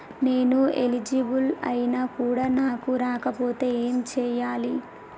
నేను ఎలిజిబుల్ ఐనా కూడా నాకు రాకపోతే ఏం చేయాలి?